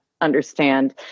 understand